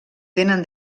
tenen